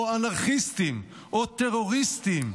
או אנרכיסטים או טרוריסטים.